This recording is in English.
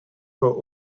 for